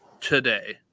today